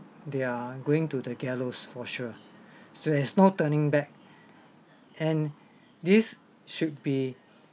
they're going to the gallows for sure so there's no turning back and this should be